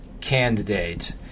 candidate